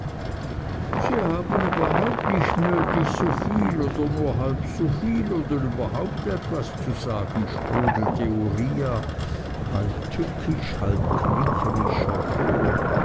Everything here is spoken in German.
sie haben überhaupt nicht nötig soviel oder nur halb soviel oder überhaupt etwas zu sagen sprudelte uriah halb tückisch halb kriecherisch hervor